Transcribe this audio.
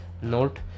note